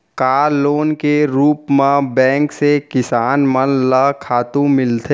का लोन के रूप मा बैंक से किसान मन ला खातू मिलथे?